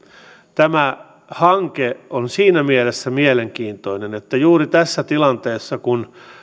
tämä hanke on siinä mielessä mielenkiintoinen että juuri tässä tilanteessa kun